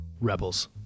Rebels